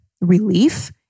relief